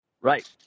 Right